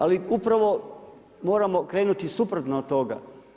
Ali upravo moramo krenuti suprotno od toga.